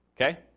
Okay